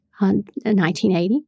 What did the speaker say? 1980